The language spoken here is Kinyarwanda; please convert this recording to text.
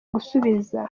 gusubiza